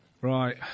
Right